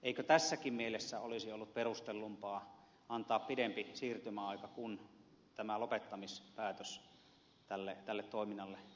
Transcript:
eikö tässäkin mielessä olisi ollut perustellumpaa antaa pidempi siirtymäaika kun tämä lopettamispäätös tämän toiminnan osalta annettiin